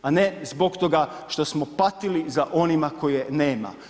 A ne zbog toga što smo patili za onima koje nema.